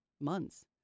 months